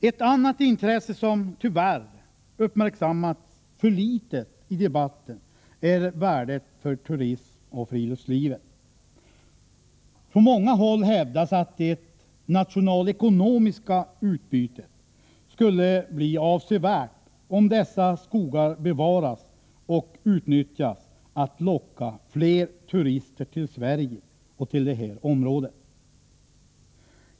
Ett annat intresse som tyvärr har uppmärksammats för litet i debatten är värdet för turism och friluftsliv. Från många håll hävdas att det nationalekonomiska utbytet skulle bli avsevärt om dessa skogar bevaras och utnyttjas för att locka fler turister till Sverige och till det här området.